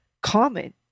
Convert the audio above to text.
common